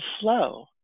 flow